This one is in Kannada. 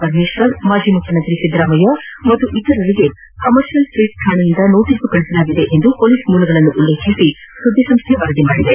ಪರಮೇಶ್ವರ್ ಮಾಜಿ ಮುಖ್ಯಮಂತ್ರಿ ಸಿದ್ದರಾಮಯ್ಯ ಮತ್ತು ಇತರರಿಗೆ ಕಮರ್ಷಿಯಲ್ ರಸ್ತೆ ಶಾಣೆಯಿಂದ ನೋಟೀಸ್ ಕಳುಹಿಸಲಾಗಿದೆ ಎಂದು ಮೊಲೀಸ್ ಮೂಲಗಳನ್ನು ಉಲ್ಲೇಖಿಸಿ ಸುದ್ದಿಸಂಸ್ಥೆ ವರದಿ ಮಾಡಿದೆ